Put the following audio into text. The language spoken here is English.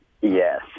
Yes